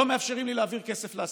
לא מאפשרים לי להעביר כסף לעסקים.